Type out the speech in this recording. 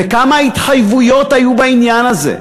וכמה התחייבויות היו בעניין הזה,